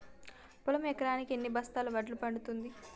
పొలం ఎకరాకి ఎన్ని బస్తాల వడ్లు పండుతుంది?